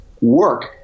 work